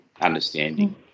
understanding